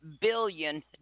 billion